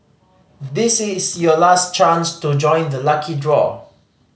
this is your last chance to join the lucky draw